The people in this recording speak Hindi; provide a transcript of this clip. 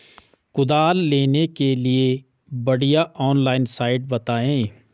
कुदाल लेने के लिए बढ़िया ऑनलाइन साइट बतायें?